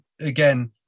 again